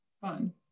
fun